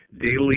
Daily